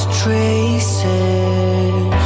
traces